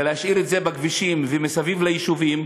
ולהשאיר את זה בכבישים ומסביב ליישובים,